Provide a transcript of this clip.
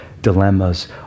dilemmas